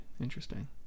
Interesting